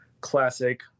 classic